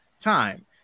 time